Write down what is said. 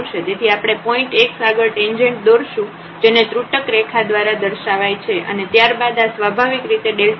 તેથી આપણે point x આગળ ટેંજેન્ટ દોરશું જેને ત્રુટક રેખા દ્વારા દર્શાવાય છે અને ત્યારબાદ આ સ્વાભાવિક રીતે x નો ઇન્ક્રીમેન્ટ આપણે x ની અંદર આપેલ છે